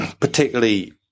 particularly